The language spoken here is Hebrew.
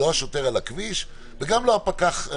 לא השוטר על הכביש וגם לא הפקח.